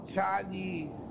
Chinese